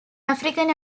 african